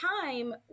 time